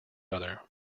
other